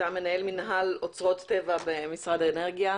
אתה מנהל מינהל אוצרות טבע במשרד האנרגיה,